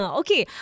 okay